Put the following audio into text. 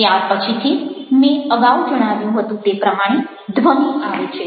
ત્યાર પછીથી મેં અગાઉ જણાવ્યું હતું તે પ્રમાણે ધ્વનિ આવે છે